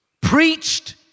preached